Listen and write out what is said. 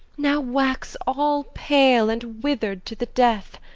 now wax all pale and wither'd to the death,